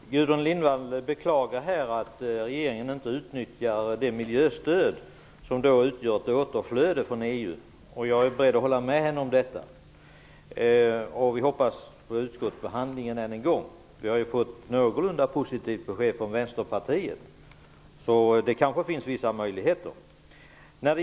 Fru talman! Gudrun Lindvall beklagar att regeringen inte utnyttjar det miljöstöd som utgör ett återflöde från EU. Jag är beredd att hålla med henne om detta. Vi får hoppas på utskottsbehandlingen än en gång. Vi har ju fått ett någorlunda positivt besked från Vänsterpartiet. Det finns kanske vissa möjligheter.